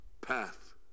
path